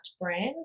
brands